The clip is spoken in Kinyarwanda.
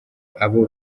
abo